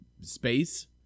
space